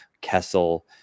Kessel